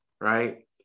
right